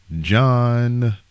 John